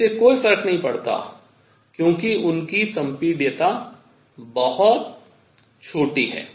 इससे कोई फर्क नहीं पड़ता क्योंकि उनकी संपीडियता बहुत छोटी है